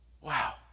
Wow